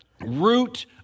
root